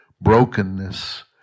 brokenness